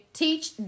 Teach